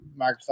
Microsoft